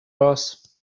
boss